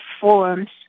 forms